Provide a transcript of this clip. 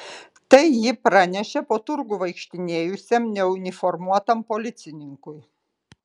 tai ji pranešė po turgų vaikštinėjusiam neuniformuotam policininkui